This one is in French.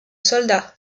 soldats